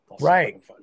Right